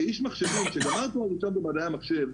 כאיש מחשבים שגמר תואר ראשון במדעי המחשב,